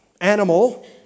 animal